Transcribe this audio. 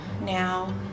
now